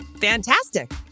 Fantastic